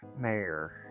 Mayor